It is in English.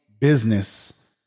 business